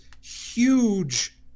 huge